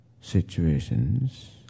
situations